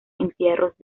entierros